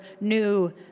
new